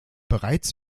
bereits